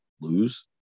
lose